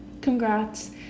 Congrats